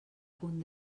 punt